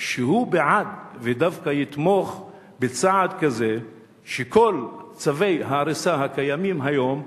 שהוא בעד ודווקא יתמוך בצעד כזה שכל צווי ההריסה הקיימים היום,